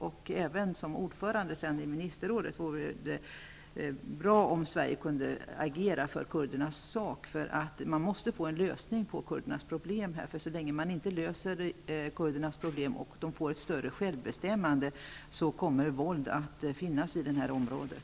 När vi har ordförandeplatsen i ministerrådet vore det bra om Sverige kunde agera för kurdernas sak. Man måste lösa kurdernas problem. Är kurdernas problem olösta samtidigt som kurderna blir mer självbestämmande, kommer det att medföra våld i området.